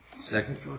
Second